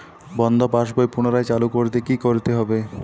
বন্ধ পাশ বই পুনরায় চালু করতে কি করতে হবে?